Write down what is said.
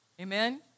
Amen